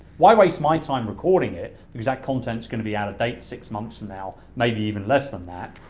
why waste my time recording it cause that content's gonna be out of date, six months from now, maybe even less than that.